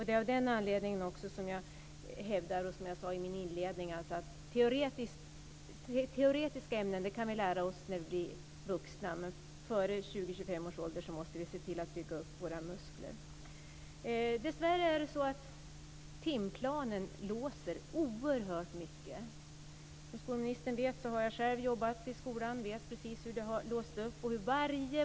Det är av den anledningen jag hävdar att teoretiska ämnen kan vi lära oss när vi är vuxna, men före 20-25 års ålder måste vi se till att bygga upp våra muskler. Dessvärre låser timplanen oerhört mycket. Som skolministern vet har jag själv jobbat i skolan och jag vet precis hur låsningen har varit.